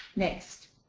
next.